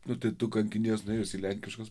nu tai tu kankinies nuėjus į lenkiškas